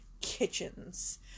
kitchens